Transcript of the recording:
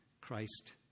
Christ